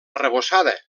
arrebossada